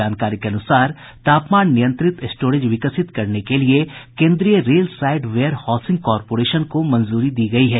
जानकारी के अनुसार तापमान नियंत्रित स्टोरेज विकसित करने के लिये केन्द्रीय railside warehousing corporation को मंजूरी दी गयी है